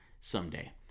someday